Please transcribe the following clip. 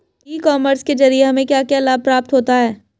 ई commerce के ज़रिए हमें क्या क्या लाभ प्राप्त होता है?